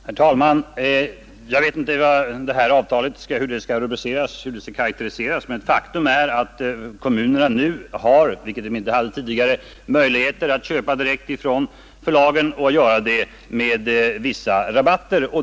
Herr talman! Jag vet inte hur avtalet skall karakteriseras, men faktum är att kommunerna nu har möjlighet att med vissa rabatter köpa böcker direkt från förlagen, vilket de inte hade tidigare.